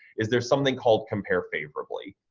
is there's something called compare favorably.